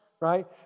right